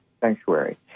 sanctuary